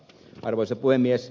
arvoisa puhemies